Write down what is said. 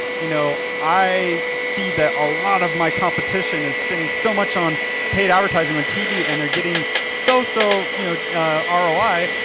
you know, i see that a lot of my competition is spending so much on paid advertising on tv and they're getting so-so you know ah roi,